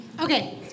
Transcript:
Okay